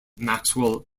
maxwell